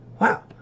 Wow